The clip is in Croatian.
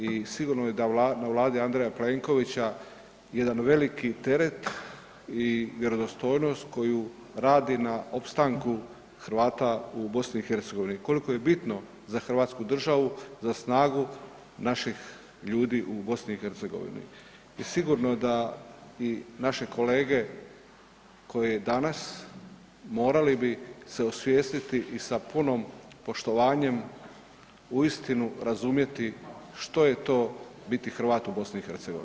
I sigurno je na Vladi Andreja Plenkovića jedan veliki teret i vjerodostojnost koju radi na opstanku Hrvata u BiH, koliko je bitno za hrvatsku državu, za snagu naših ljudi u BiH i sigurno da i naše kolege ko i danas morali bi se osvijestiti i sa punim poštovanjem uistinu razumjeti što je to biti Hrvat u BiH.